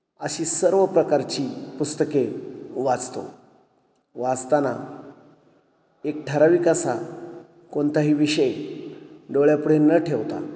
अशी सर्व प्रकारची पुस्तके वाचतो वाचताना एक ठराविक असा कोणताही विषय डोळ्यापुढे न ठेवता